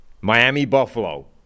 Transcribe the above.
Miami-Buffalo